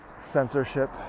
censorship